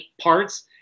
parts